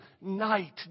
night